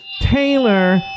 Taylor